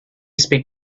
speak